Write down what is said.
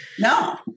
No